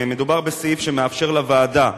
מדובר בסעיף שמאפשר לוועדה,